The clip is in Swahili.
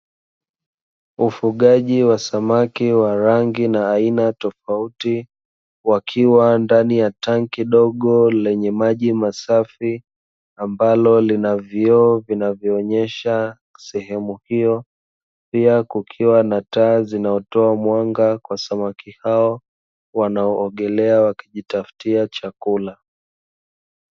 Ufugaji wa samaki wa rangi na aina tofauti wakiwa ndani ya tanki dogo lenye maji masafi, ambalo lina vioo vinavyoonyesha sehemu hiyo, pia kukiwa na taa zinazotoa mwanga kwa samaki hao wanaoogelea wakijitafutia chakula.